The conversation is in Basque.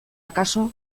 akaso